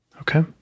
Okay